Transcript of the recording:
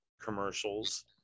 commercials